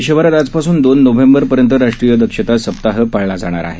देशभरात आज पासून दोन नोव्हेंबरपर्यंत राष्ट्रीय दक्षता सप्ताह पाळला जाणार आहे